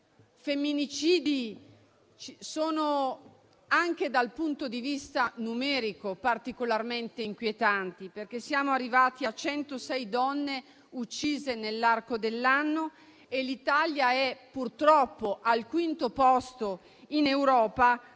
femminicidi sono, anche dal punto di vista numerico, particolarmente inquietanti, perché siamo arrivati a 106 donne uccise nell'arco dell'anno. E l'Italia è, purtroppo, al quinto posto in Europa